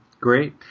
great